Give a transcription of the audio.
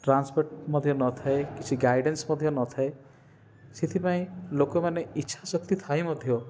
transport ମଧ୍ୟ ନଥାଏ କିଛି ଗାଡିଆନ୍ସ ମଧ୍ୟ ନଥାଏ ସେଥିପାଇଁ ଲୋକମାନେ ଇଚ୍ଛା ଶକ୍ତି ଥାଇ ମଧ୍ୟ